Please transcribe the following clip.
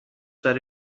داره